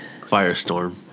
Firestorm